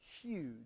huge